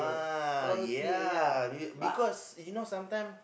uh ya be~ because you know sometime